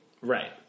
right